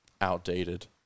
outdated